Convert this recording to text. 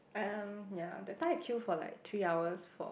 um ya that time I queue for like three hours for